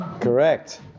Correct